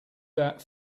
that